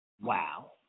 Wow